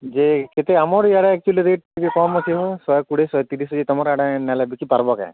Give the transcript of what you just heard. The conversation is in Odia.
ଯେ କେତେ ଆମରି ଇୟାଡ଼େ ଆକ୍ଚୁଆଲି ରେଟ୍ ଟିକେ କମ୍ ଅଛି ହୋ ଶହେ କୋଡ଼ିଏ ଶହେ ତିରିଶ୍ ତମର ଆଡ଼େ ନେଲେ ବିକି ପାର୍ବୋ କାଁ